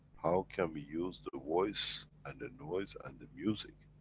how can we use the voice and the noise and the music,